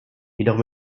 jedoch